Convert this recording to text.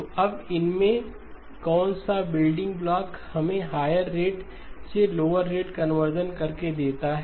तो अब इन में से कौन सा बिल्डिंग ब्लॉक हमें हायर रेट से लोवर रेट कन्वर्शन करके देता है